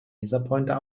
laserpointer